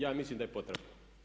Ja mislim da je potrebna.